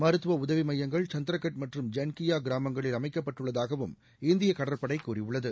மருத்துவ உதவி எமயங்கள் சத்திரகட் மற்றும் ஜன்கியா கிராமங்களில் அமைக்கப்பட்டுள்ளதாகவும் இந்திய கடற்படை கூறியுள்ளது